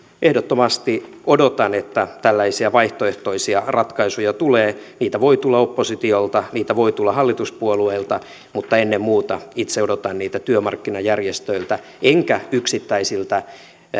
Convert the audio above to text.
ehdottomasti odotan että tällaisia vaihtoehtoisia ratkaisuja tulee niitä voi tulla oppositiolta niitä voi tulla hallituspuolueilta mutta ennen muuta itse odotan niitä työmarkkinajärjestöiltä enkä yksittäisiltä